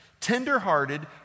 tender-hearted